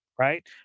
Right